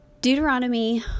Deuteronomy